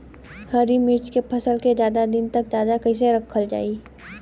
हरि मिर्च के फसल के ज्यादा दिन तक ताजा कइसे रखल जाई?